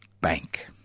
Bank